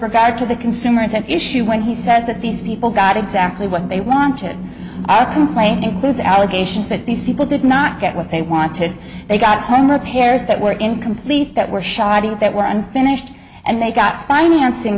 regard to the consumers at issue when he says that these people got exactly what they wanted a complaint includes allegations that these people did not get what they wanted they got home repairs that were incomplete that were shoddy that were unfinished and they got financing